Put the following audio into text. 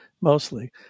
mostly